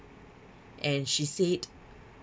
and she said